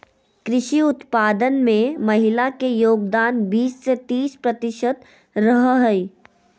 कृषि उत्पादन में महिला के योगदान बीस से तीस प्रतिशत रहा हइ